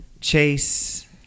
Chase